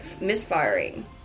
misfiring